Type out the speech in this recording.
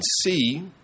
see